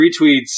retweets